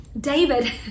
David